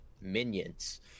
Minions